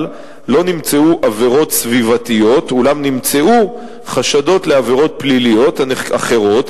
לא נמצאו עבירות סביבתיות אולם נמצאו חשדות לעבירות פליליות אחרות,